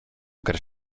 garść